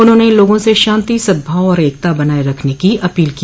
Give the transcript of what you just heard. उन्होंने लोगों से शांति सद्भाव और एकता बनाए रखने की अपील की